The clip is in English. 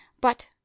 But